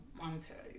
monetary